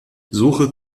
suche